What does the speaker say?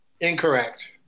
Incorrect